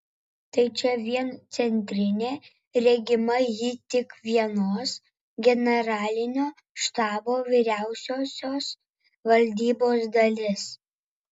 tai čia vien centrinė regima ji tik vienos generalinio štabo vyriausiosios valdybos dalis